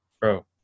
Bro